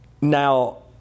Now